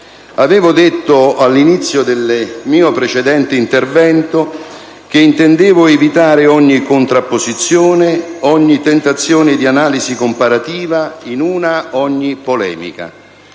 Avevo detto all'inizio del mio precedente intervento che intendevo evitare ogni contrapposizione, ogni tentazione di analisi comparativa e, in una parola, ogni polemica.